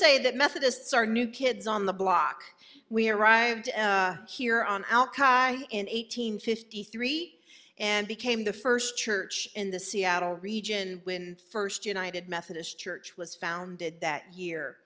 say that methodists are new kids on the block we arrived here on outcry in eight hundred fifty three and became the first church in the seattle region when first united methodist church was founded that year